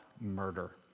murder